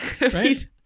Right